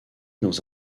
dans